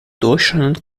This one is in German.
durchscheinend